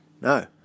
No